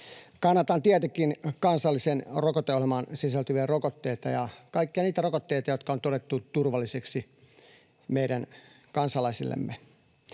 Kannatan tietenkin kansalliseen rokoteohjelmaan sisältyviä rokotteita ja kaikkia niitä rokotteita, jotka on todettu turvallisiksi meidän kansalaisillemme.